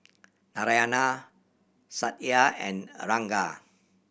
Narayana Satya and Ranga